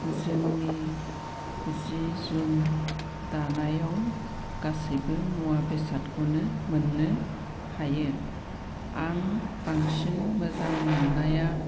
जोंनि जि जुम दानायाव गासैबो मुवा बेसादखौनो मोननो हायो आं बांसिन मोजां मोननाया